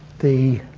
the